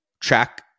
track